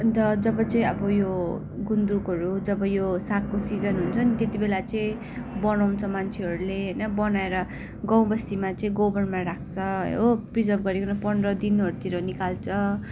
अन्त जब चाहिँ अब यो गुन्द्रुकहरू जब यो सागको सिजन हुन्छ नि त्यति बेला चाहिँ बनाउँछ मान्छेहरूले होइन बनाएर गाउँबस्तीमा चाहिँ गोबरमा राख्छ हो प्रिर्जभ गरेर पन्ध्र दिनहरूतिर निकाल्छ